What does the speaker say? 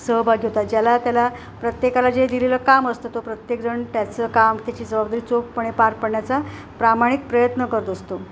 सहभागी होतात ज्याला त्याला प्रत्येकाला जे दिलेलं काम असतं तो प्रत्येकजण त्याचं काम त्याची जबाबदारी चोखपणे पार पडण्याचा प्रामाणिक प्रयत्न करत असतो